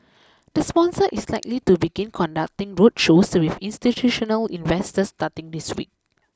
the sponsor is likely to begin conducting roadshows with institutional investors starting this week